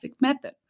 method